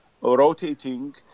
rotating